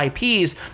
IPs